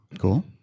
Cool